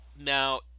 Now